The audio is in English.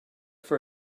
for